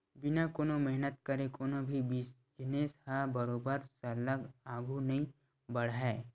बिना कोनो मेहनत करे कोनो भी बिजनेस ह बरोबर सरलग आघु नइ बड़हय